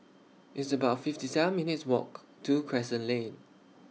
It's about fifty seven minutes' Walk to Crescent Lane